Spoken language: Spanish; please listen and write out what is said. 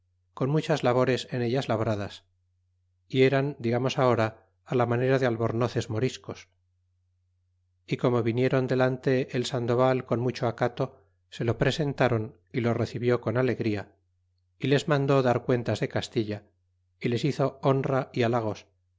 con muchas labores en ellas labradas y eran digamos ahora ti la manera de albornoces moriscos y como vinieron delante el sandoval con mucho acato se lo presentaron y lo recibió con alegría y les mande dar cuentas de castilla y les hizo honra y halagos